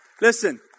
Listen